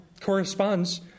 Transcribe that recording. corresponds